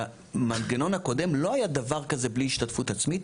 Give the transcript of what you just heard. שבמנגנון הקודם לא היה דבר כזה בלי השתתפות עצמית.